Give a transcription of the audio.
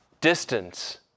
distance